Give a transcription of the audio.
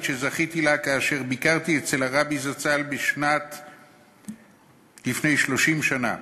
שזכיתי לה כאשר ביקרתי אצל הרבי זצ"ל לפני 30 שנה.